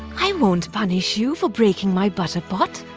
i won't punish you for breaking my butter pot.